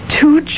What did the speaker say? Two